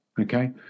Okay